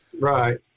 Right